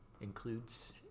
includes